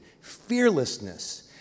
Fearlessness